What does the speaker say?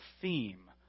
theme